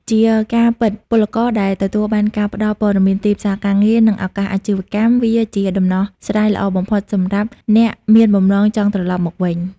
ជាការពិតពលករដែលទទួលបានការផ្តល់ព័ត៌មានទីផ្សារការងារ និងឱកាសអាជីវកម្ម វាជាដំណោះស្រាយល្អបំផុតសម្រាប់អ្នកមានបំណងចង់ត្រឡប់មកវិញ។